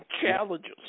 challenges